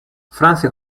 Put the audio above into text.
francia